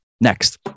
Next